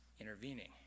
intervening